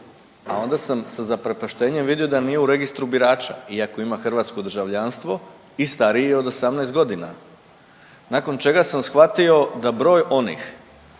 a onda sam sa zaprepaštenjem vidio da nije u registru birača iako ima hrvatsko državljanstvo i stariji je od 18.g., nakon čega sam shvatio da broj onih